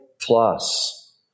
plus